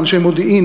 אנשי מודיעין,